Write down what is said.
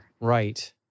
Right